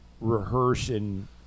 rehearsing